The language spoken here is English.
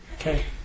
Okay